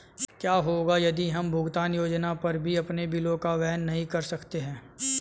क्या होगा यदि हम भुगतान योजना पर भी अपने बिलों को वहन नहीं कर सकते हैं?